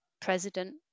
president